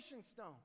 stone